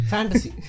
Fantasy